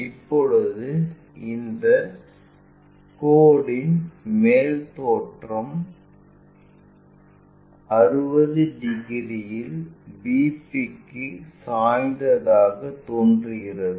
இப்போது இந்த கோடுயின் மேல் தோற்றம் 60 டிகிரியில் VP க்கு சாய்ந்ததாக தோன்றுகிறது